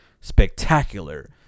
spectacular